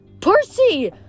Percy